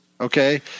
Okay